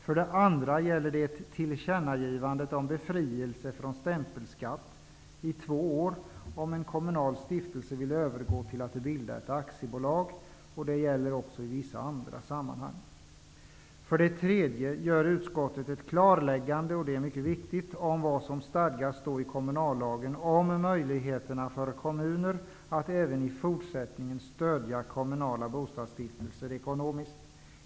För det andra gäller det ett tillkännagivande om befrielse från stämpelskatt i två år, om en kommunal stiftelse vill övergå till att bli ett aktiebolag. Det gäller också i vissa andra sammanhang. För det tredje -- och det är mycket viktigt -- gör utskottet ett klarläggande om vad som stadgas i kommunallagen om möjlighet för kommuner att även i fortsättningen stödja kommunala bostadsstiftelser ekonomiskt.